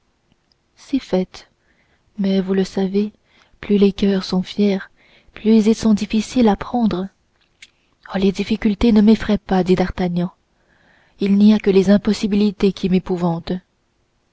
si fait mais vous le savez plus les coeurs sont fiers plus ils sont difficiles à prendre oh les difficultés ne m'effraient pas dit d'artagnan il n'y a que les impossibilités qui m'épouvantent